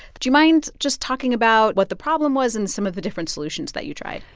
do you mind just talking about what the problem was and some of the different solutions that you tried?